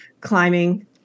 climbing